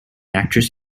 actress